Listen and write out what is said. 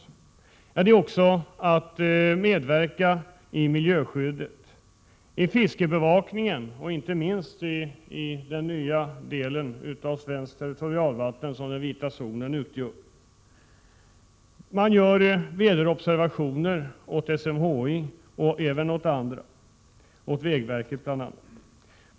Till uppgifterna hör också att medverka i miljöskyddet och i fiskebevakningen, inte minst i den nya del av svenskt territorialvatten som den vita zonen utgör. Man gör väderobservationer åt SMHI och även andra, bl.a. vägverket.